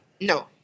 no